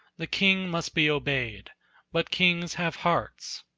the king must be obeyed but kings have hearts.